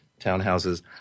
Townhouses